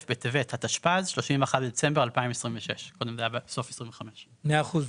בטבת התשפ"ז (31 בדצמבר 2026). קודם זה היה בסוף 2025. מאה אחוז.